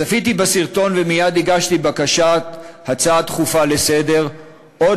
צפיתי בסרטון ומייד הגשתי בקשה להצעה דחופה לסדר-היום,